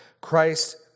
Christ